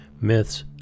myths